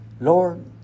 Lord